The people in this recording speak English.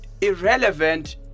irrelevant